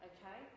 Okay